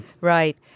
Right